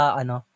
ano